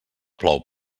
plou